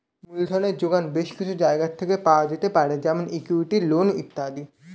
মূলধনের জোগান বেশ কিছু জায়গা থেকে পাওয়া যেতে পারে যেমন ইক্যুইটি, লোন ইত্যাদি